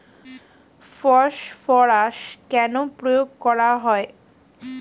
Phosphorus কেন প্রয়োগ করা হয়?